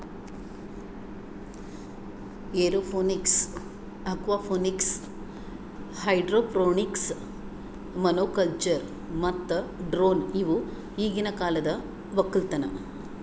aeroponics, aquaponics, hydroponics, monoculture ಮತ್ತ drone ಇವು ಈಗಿನ ಕಾಲದ ಒಕ್ಕಲತನ